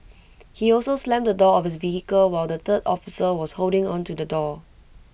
he also slammed the door of his vehicle while the third officer was holding onto the door